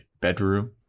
bedroom